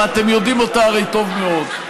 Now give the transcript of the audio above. ואתם יודעים אותה הרי טוב מאוד,